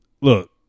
look